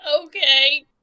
okay